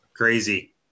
Crazy